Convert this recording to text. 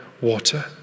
water